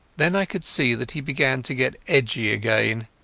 then i could see that he began to get edgy again.